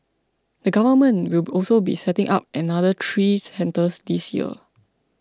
the Government will also be setting up another three centres this year